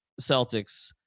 Celtics